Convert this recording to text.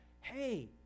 Hey